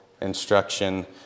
instruction